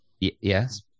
yes